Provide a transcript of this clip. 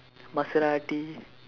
Maserati